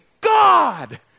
God